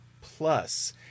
Plus